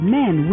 men